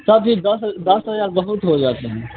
तब भी दस दस हज़ार बहुत हो जाते हैं